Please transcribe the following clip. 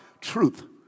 truth